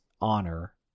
honor